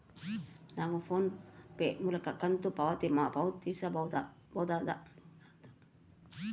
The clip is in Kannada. ನಾವು ಫೋನ್ ಪೇ ಮೂಲಕ ಕಂತು ಪಾವತಿಸಬಹುದಾ?